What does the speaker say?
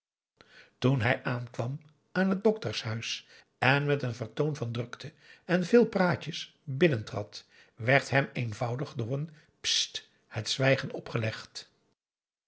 toen hij aankwam aan het doktershuis en met een vertoon van drukte en veel praatjes binnentrad werd hem eenvoudig door een stt het zwijgen opgelegd